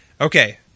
Okay